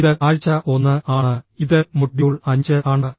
ഇത് ആഴ്ച 1 ആണ് ഇത് മൊഡ്യൂൾ 5 ആണ്